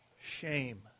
shame